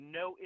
no